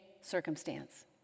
circumstance